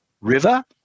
River